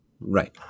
Right